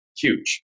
huge